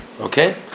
Okay